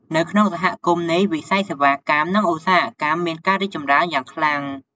នៅក្នុងសហគមន៍នេះ វិស័យសេវាកម្ម និងឧស្សាហកម្មមានការរីកចម្រើនយ៉ាងខ្លាំង។